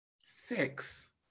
six